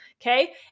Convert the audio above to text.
Okay